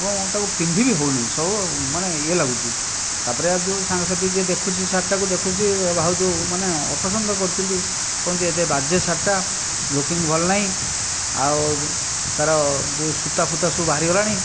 ଏବଂ ତାକୁ ପିନ୍ଧିବି ହେଉନାହିଁ ସବୁ ମାନେ ଇଏ ଲାଗୁଛି ତା'ପରେ ଆଉ ଯେଉଁ ସାଙ୍ଗସାଥି ଯିଏ ଦେଖୁଛି ସାର୍ଟଟାକୁ ଦେଖୁଛି ବହୁତ ମାନେ ଅପସନ୍ଦ କରୁଛନ୍ତି କୁହନ୍ତି ଏତେ ବାଜେ ସାର୍ଟଟା ଲୁକିଂ ଭଲ ନାହିଁ ଆଉ ତା'ର ଯେଉଁ ସୂତା ଫୁତା ସବୁ ବାହାରିଗଲାଣି